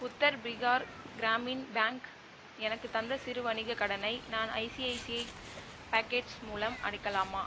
Uttar Bihar Gramin bank எனக்கு தந்த சிறு வணிக கடனை நான் ஐசிஐசிஐ பாக்கெட்ஸ் மூலம் அடைக்கலாமா